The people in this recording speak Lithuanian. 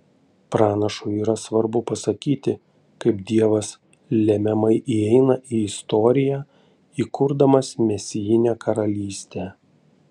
pranašui yra svarbu pasakyti kaip dievas lemiamai įeina į istoriją įkurdamas mesijinę karalystę